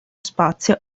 spazio